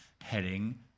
heading